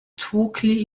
tłukli